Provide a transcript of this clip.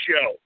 show